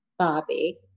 Bobby